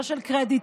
לא של קרדיטים,